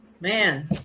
man